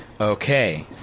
Okay